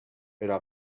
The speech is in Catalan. però